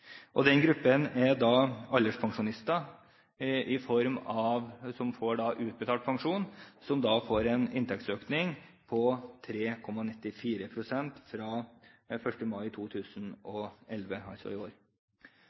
gruppe. Den gruppen er alderspensjonister som får utbetalt pensjon, som får en inntektsøkning på 3,94 pst. fra 1. mai 2011, altså i år.